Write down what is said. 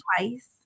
twice